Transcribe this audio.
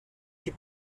die